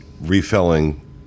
refilling